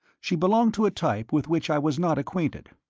she belonged to a type with which i was not acquainted.